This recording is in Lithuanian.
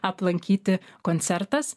aplankyti koncertas